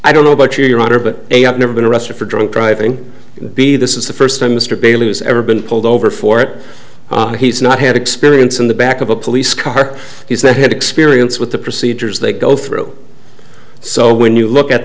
i don't know about you your honor but a i've never been arrested for drunk driving b this is the first time mr bailey has ever been pulled over for it and he's not had experience in the back of a police car he's they had experience with the procedures they go through so when you look at